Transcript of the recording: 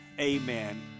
amen